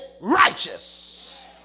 righteous